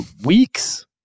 weeks